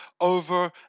over